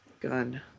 gun